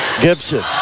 Gibson